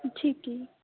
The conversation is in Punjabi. ਠੀਕ ਹੈ